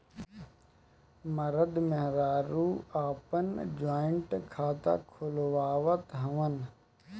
मरद मेहरारू आपन जॉइंट खाता खुलवावत हवन